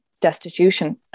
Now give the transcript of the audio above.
destitution